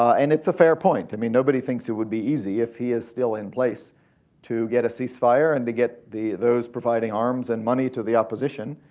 and its a fair point. i mean, nobody thinks it would be easy if he is still in place to get a ceasefire and to get those providing arms and money to the opposition,